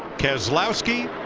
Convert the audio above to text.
keselowski,